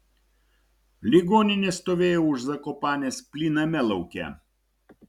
ligoninė stovėjo už zakopanės plyname lauke